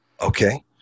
Okay